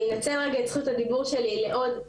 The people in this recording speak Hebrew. אני אנצל את זכות הדיבור שלי לעוד משהו.